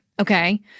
Okay